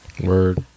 Word